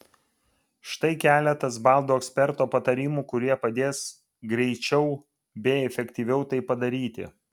štai keletas baldų eksperto patarimų kurie padės greičiau bei efektyviau tai padaryti